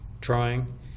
trying